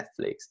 Netflix